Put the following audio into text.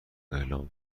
اعلام